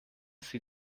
sie